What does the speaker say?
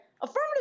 affirmative